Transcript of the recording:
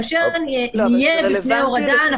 כאשר נהיה בפני הורדה,